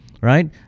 right